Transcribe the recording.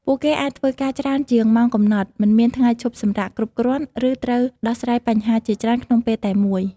ពួកគេអាចធ្វើការច្រើនជាងម៉ោងកំណត់ មិនមានថ្ងៃឈប់សម្រាកគ្រប់គ្រាន់ ឬត្រូវដោះស្រាយបញ្ហាជាច្រើនក្នុងពេលតែមួយ។